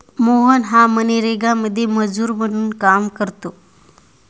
मोहन हा मनरेगामध्ये मजूर म्हणून काम करतो